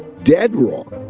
dead wrong.